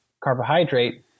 carbohydrate